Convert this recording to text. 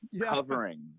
covering